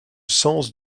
sens